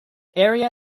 area